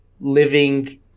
living